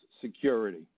security